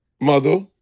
mother